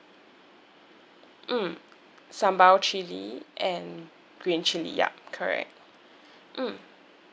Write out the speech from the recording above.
mm sambal chili and green chili yup correct mm